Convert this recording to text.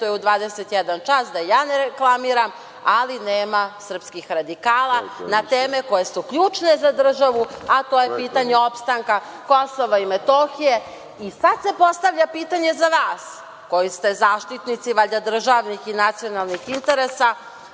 emituje u 21.00 čas, da je ne reklamiram, ali nema srpskih radikala na teme koje su ključne za državu, a to je pitanje opstanka KiM.Sada se postavlja pitanje za vas koji ste zaštitnici valjda državnih i nacionalnih interesa,